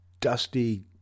dusty